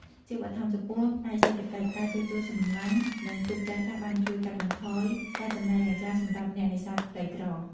ជាបឋម ចំពោះ ផ្នែកសេដ្ឋកិច្ច ការជួសជុលសំណាញ់និងទូកចាស់ៗបានជួយកាត់បន្ថយការចំណាយយ៉ាងច្រើនសម្រាប់អ្នកនេសាទក្រីក្រ។